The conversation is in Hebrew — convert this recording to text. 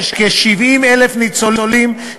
יש בישראל כ-70,000 ניצולי שואה,